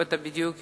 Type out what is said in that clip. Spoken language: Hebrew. ואתה בדיוק יודע,